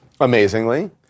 amazingly